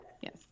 Yes